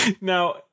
Now